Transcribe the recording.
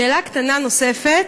שאלה קטנה נוספת: